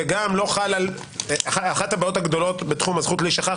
זה גם לא חל על אחת הבעיות הגדולות בתחום הזכות להישכח,